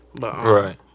Right